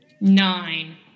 Nine